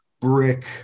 brick